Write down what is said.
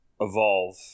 evolve